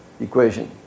equation